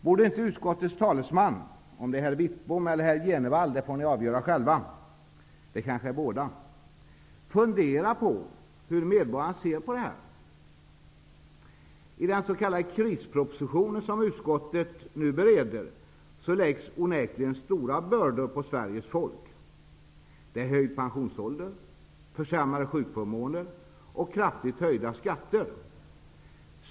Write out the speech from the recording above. Borde inte utskottets talesman -- om det är herr Wittbom eller herr Jenevall får ni avgöra själva; det kanske är båda -- fundera på hur medborgarna ser på detta? I den s.k. krisproposition som utskottet nu bereder läggs onekligen stora bördor på Sveriges folk. Det är höjd pensionsålder, försämrade sjukförmåner och kraftigt höjda skatter.